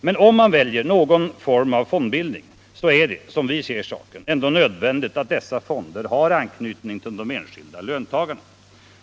Men om man väljer någon form av fondbildning är det, som vi ser saken, nödvändigt att dessa fonder har anknytning till de enskilda löntagarna.